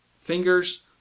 fingers